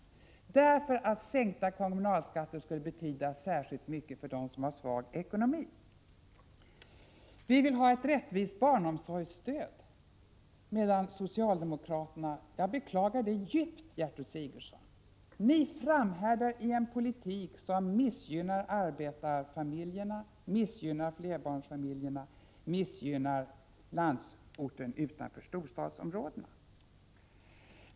Sänkta kommunalskatter skulle nämligen betyda särskilt mycket för dem som har en svag ekonomi. Vi vill ha ett rättvist barnomsorgsstöd, medan socialdemokraterna — det beklagar jag djupt, fru Sigurdsen — framhärdar i en politik som missgynnar arbetarfamiljerna, flerbarnsfamiljerna och familjerna på landsorten utanför storstadsområdena.